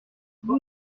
vous